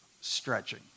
stretching